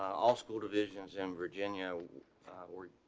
all school divisions in virginia, ah we're